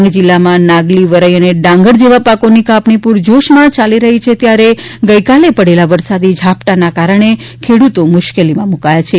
ડાંગ જિલ્લામાં નાગલી વરઈ અને ડાંગર જેવા પાકોની કાપણી પૂરજોશમાં ચાલી રફી છે ત્યારે ગઈકાલે પડેલા વરસાદી ઝાપટાને કારણે ખેડૂતો મુશ્કેલીમાં મૂકાયા છે